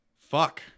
fuck